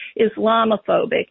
Islamophobic